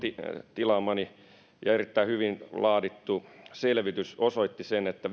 tilaamani ja erittäin hyvin laadittu selvitys osoitti sen että